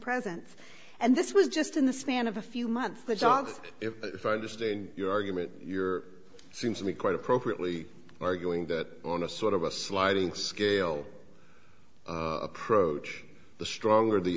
presence and this was just in the span of a few months the dogs if i understand your argument your seems to be quite appropriately arguing that on a sort of a sliding scale approach the stronger the